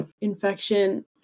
Infection